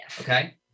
Okay